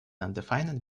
undefined